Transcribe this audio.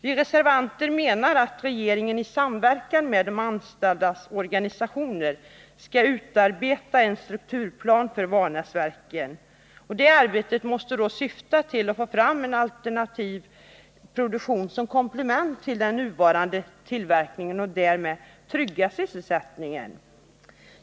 Vi reservanter menar att regeringen i samverkan med de anställdas organisationer skall utarbeta en strukturplan för Vanäsverken. Det arbetet måste syfta till att få fram en alternativ produktion som komplement till den nuvarande tillverkningen — och därmed trygga sysselsättningen.